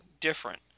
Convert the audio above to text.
different